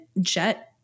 jet